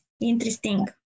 Interesting